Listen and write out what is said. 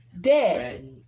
Dead